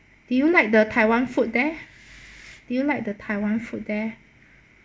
did you like the taiwan food there did you like the taiwan food there